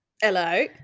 hello